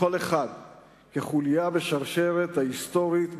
כל אחד כחוליה בשרשרת ההיסטורית,